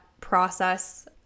process